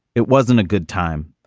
it wasn't a good time.